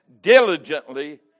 diligently